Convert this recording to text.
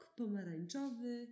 pomarańczowy